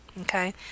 okay